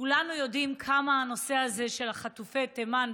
כולנו יודעים כמה הנושא הזה של חטופי תימן,